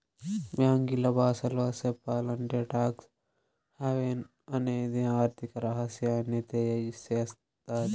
బ్యాంకీల బాసలో సెప్పాలంటే టాక్స్ హావెన్ అనేది ఆర్థిక రహస్యాన్ని తెలియసేత్తది